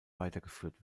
weitergeführt